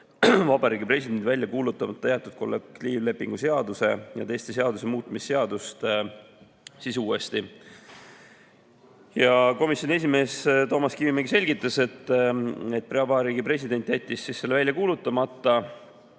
Vabariigi Presidendi välja kuulutamata jäetud kollektiivlepingu seaduse ja teiste seaduste muutmise seadust uuesti. Komisjoni esimees Toomas Kivimägi selgitas, et Vabariigi President jättis selle välja kuulutamata,